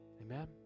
Amen